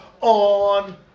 on